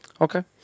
Okay